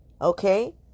okay